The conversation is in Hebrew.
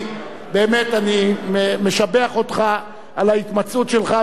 אני משבח אותך על ההתמצאות שלך בכל הנושאים,